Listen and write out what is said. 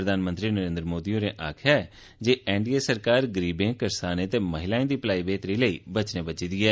प्रधानमंत्री नरेन्द्र मोदी होरें आक्खेया जे एन डी ए सरकार गरीबें करसानें ते महिलाएं दी भलाई बेहतरी लेई बचने बज्जी दी ऐ